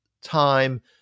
time